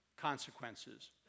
consequences